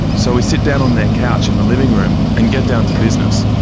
so we sit down on their couch in the living room and get down to business.